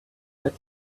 bet